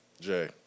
Jay